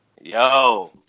Yo